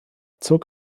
zog